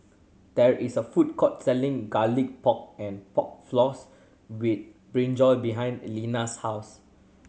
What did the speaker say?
there is a food court selling Garlic Pork and Pork Floss with brinjal behind Lenna's house